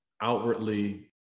outwardly